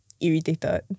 Irritated